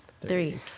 three